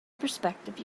perspective